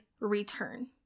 return